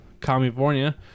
California